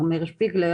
מר מאיר שפיגלר,